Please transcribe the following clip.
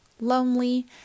lonely